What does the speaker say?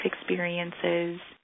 experiences